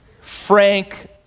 Frank